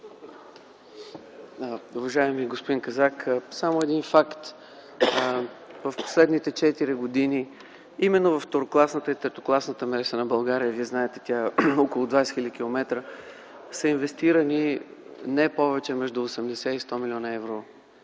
Уважаеми господин Казак, само един факт. През последните четири години именно във второкласната и третокласната мрежа на България – Вие знаете, тя е около 20 хил. км, са инвестирани по около 80 и 100 млн. евро